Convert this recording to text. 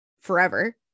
forever